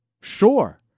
sure